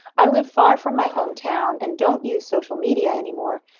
i live far from my hometown and don't use social media anymore,